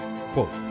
Quote